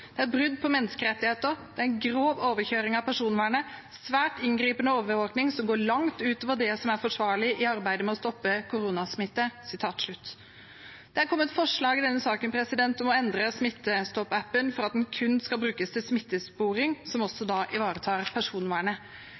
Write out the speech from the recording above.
Det er brudd på menneskerettigheter, det er en grov overkjøring av personvernet, og det er svært inngripende overvåking, som går langt utover det som er forsvarlig i arbeidet med å stoppe koronasmitte. Det har kommet forslag i denne saken om å endre Smittestopp-appen for at den kun skal brukes til smittesporing, som også ivaretar personvernet.